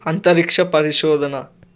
అంతరిక్ష పరిశోధన